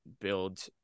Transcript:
build